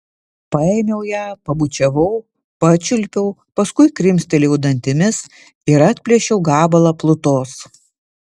paėmiau ją pabučiavau pačiulpiau paskui krimstelėjau dantimis ir atplėšiau gabalą plutos